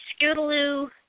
Scootaloo